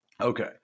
Okay